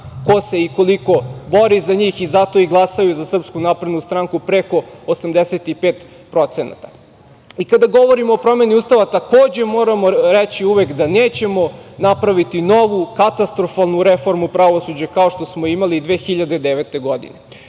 ko se i koliko bori za njih i zato i glasaju za SNS preko 85%.Kada govorimo o promeni Ustava, takođe moramo reći uvek da nećemo napraviti novu, katastrofalnu reformu pravosuđa, kao što smo imali 2009. godine. Moje